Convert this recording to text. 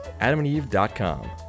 AdamandEve.com